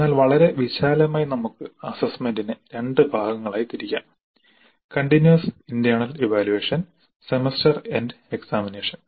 എന്നാൽ വളരെ വിശാലമായി നമുക്ക് അസ്സസ്സ്മെന്റിനെ രണ്ട് ഭാഗങ്ങളായി തിരിക്കാം continuous internal evaluation semester end examination